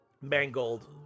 Mangold